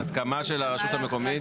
ההסכמה של הרשות המקומית.